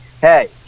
Hey